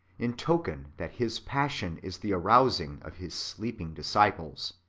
in token that his passion is the arousing of his sleeping disciples,